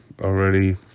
already